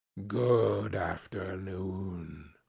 good afternoon!